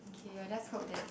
k I just hope that